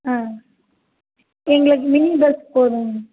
ஆ எங்களுக்கு mini bus போதும்ங்க